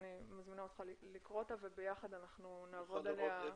אני מזמינה אותך לקרוא אותה וביחד אנחנו נעבוד עליה.